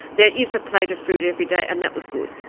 there is a plate of fruit every day, and that was good.